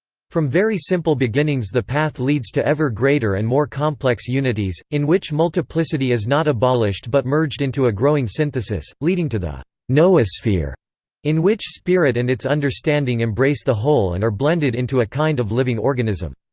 from very simple beginnings the path leads to ever greater and more complex unities, in which multiplicity is not abolished but merged into a growing synthesis, leading to the ah noosphere in which spirit and its understanding embrace the whole and are blended into a kind of living organism.